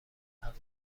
حرف